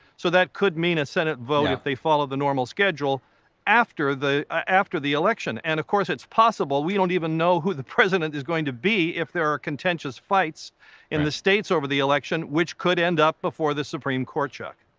so that could mean a senate vote if they follow the normal schedule after the after the election, and of course, its possible. we dont even know who the president is going to be if there are contentious fights in the states over the election which could end up before the supreme court, chuck.